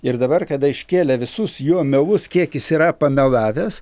ir dabar kada iškėlė visus jo melus kiek jis yra pamelavęs